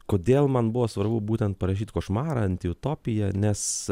kodėl man buvo svarbu būtent parašyti košmarą antiutopiją nes